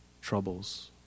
troubles